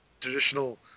traditional